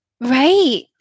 Right